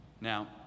Now